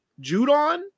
Judon